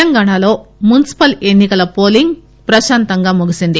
తెలంగాణలో మున్నిపల్ ఎన్నికల పోలింగ్ ప్రశాంతంగా ముగిసింది